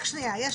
רק שניה,